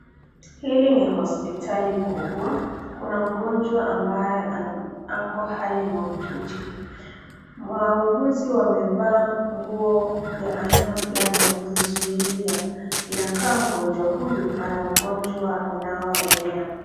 Hili ni hospitali kubwa. Kuna mgonjwa ambaye ako hali mahututi. Wauguzi wamevaa nguo ya aina fulani ya kujizuilia. Inakaa mgonjwa huyu ana ugonjwa unaoenea.